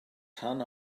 rhan